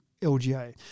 LGA